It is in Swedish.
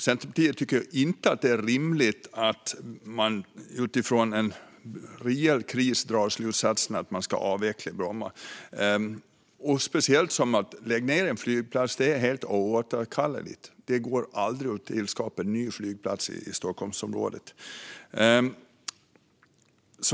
Centerpartiet tycker inte att det är rimligt att man utifrån en rejäl kris drar slutsatsen att man ska avveckla Bromma, speciellt som det är helt oåterkalleligt att lägga ned en flygplats. Det går aldrig att tillskapa en ny flygplats i Stockholmsområdet.